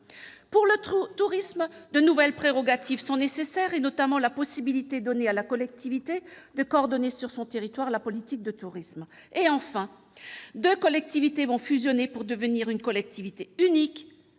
du tourisme, de nouvelles prérogatives sont nécessaires. Je pense notamment à la possibilité donnée à la collectivité de coordonner sur son territoire la politique du tourisme. Enfin, si deux collectivités vont fusionner pour devenir une collectivité unique,